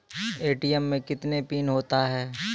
ATM मे कितने PIN होता हैं?